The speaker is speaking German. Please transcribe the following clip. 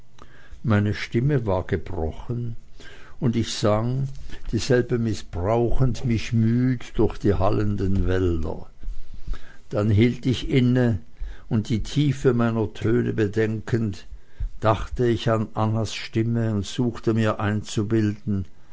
meine stimme war gebrochen und ich sang dieselbe mißbrauchend mich müd durch die hallenden wälder dann hielt ich inne und die tiefe meiner töne bedenkend dachte ich an annas stimme und suchte mir einzubilden